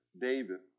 David